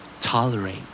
Tolerate